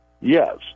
Yes